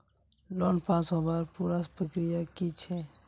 Loan pass होबार पुरा प्रक्रिया की छे?